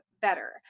better